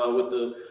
ah with the,